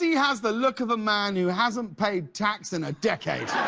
has the look of a man who hasn't paid tax in a decade!